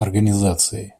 организации